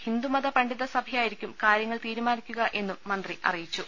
ഹിന്ദുമത പണ്ഡിതസഭയായിരിക്കും കാര്യങ്ങൾ തീരുമാ നിക്കുക എന്നും മന്ത്രി അറിയിച്ചു